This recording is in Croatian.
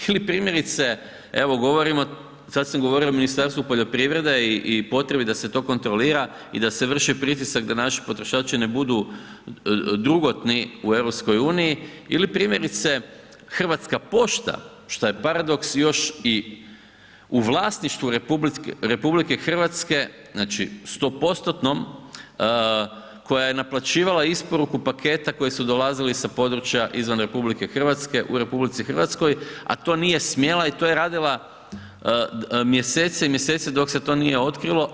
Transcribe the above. Ili primjerice evo govorimo, sad sam govorio o Ministarstvu poljoprivrede i potrebi da se to kontrolira da se vrši pritisak da naši potrošači ne budu drugotni u EU ili primjerice Hrvatska pošta šta je paradoks još i u vlasništvu RH znači 100%-tnom koja je naplaćivala isporuku paketa koji su dolazili sa područja izvan RH u RH, a to nije smjela i to je radila mjesece i mjesece dok se to nije otkrilo.